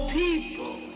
people